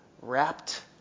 wrapped